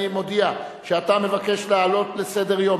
אני מודיע שאתה מבקש להעלות על סדר-היום